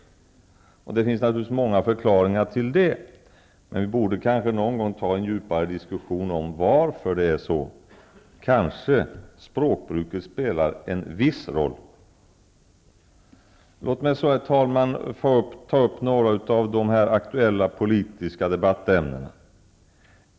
Det finns naturligtvis många förklaringar till det. Vi borde kanske någon gång ta en djupare diskussion om varför det är så. Kanske spelar språkbruket en viss roll. Låt mig så, herr talman, ta upp några av de här aktuella politiska debattämnena.